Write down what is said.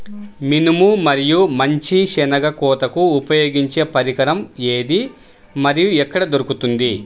మినుము మరియు మంచి శెనగ కోతకు ఉపయోగించే పరికరం ఏది మరియు ఎక్కడ దొరుకుతుంది?